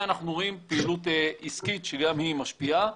ואנחנו רואים פעילות עסקית שגם היא משפיעה.